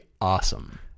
awesome